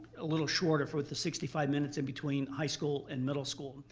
a little shorter for the sixty five minutes in between high school and middle school?